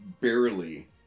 barely